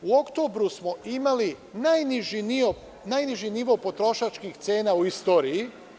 U oktobru smo imali najniži nivo potrošačkih cena u istoriji.